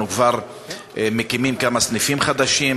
אנחנו כבר מקימים כמה סניפים חדשים.